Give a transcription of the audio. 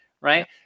right